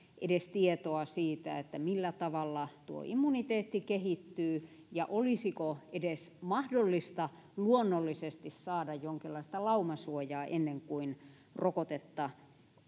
tietoa edes siitä millä tavalla tuo immuniteetti kehittyy ja olisiko edes mahdollista luonnollisesti saada jonkinlaista laumasuojaa ennen kuin rokotetta